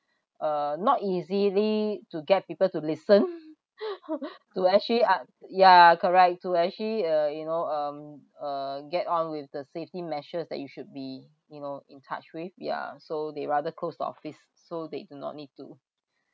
uh not easily to get people to listen to actually ya correct to actually uh you know um uh get on with the safety measures that you should be you know in touch with yeah so they rather close the office so they do not need to